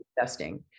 investing